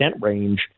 range